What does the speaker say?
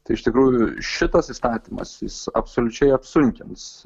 tai iš tikrųjų šitas įstatymas jis absoliučiai apsunkins